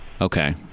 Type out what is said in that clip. Okay